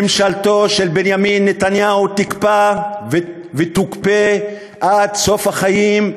ממשלתו של בנימין נתניהו תקפא ותוקפא עד סוף החיים,